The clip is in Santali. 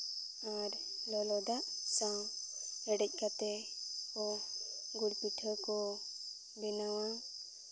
ᱟᱨ ᱞᱚᱞᱚ ᱫᱟᱜ ᱥᱟᱶ ᱦᱮᱰᱮᱡ ᱠᱟᱛᱮ ᱦᱚᱸ ᱜᱩᱲ ᱯᱤᱴᱷᱟᱹ ᱠᱚ ᱵᱮᱱᱟᱣᱟ